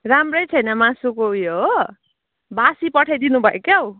राम्रै थिएन मासुको उयो हो बासी पठाइदिनु भयो क्याउ